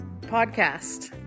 Podcast